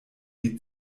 die